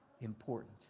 important